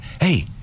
hey